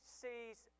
sees